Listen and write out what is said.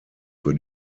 für